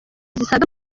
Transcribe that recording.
zisaga